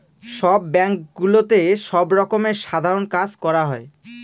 সব ব্যাঙ্কগুলোতে সব রকমের সাধারণ কাজ করা হয়